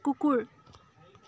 কুকুৰ